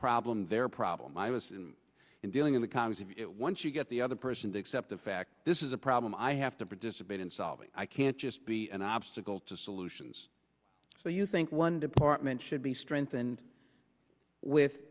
problem their problem i was dealing in the congress of it once you get the other person to accept the fact this is a problem i have to participate in solving i can't just be an obstacle to solutions so you think one department should be strengthened with